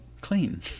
clean